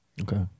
Okay